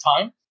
time